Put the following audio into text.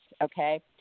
Okay